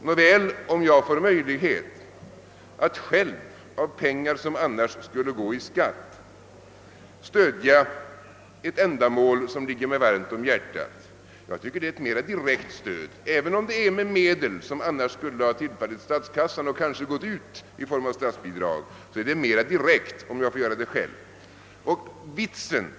Nåväl, om jag får möjlighet att själv, med pengar som annars skulle gå till skatt, stödja ett ändamål som ligger mig varmt om hjärtat, är det enligt min mening ett mera direkt stöd, även om det ges med medel som annars skulle ha tillfallit statskassan och kanske ha gått ut i form av statsbidrag. Stödet är mera direkt om jag får ge det själv.